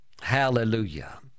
Hallelujah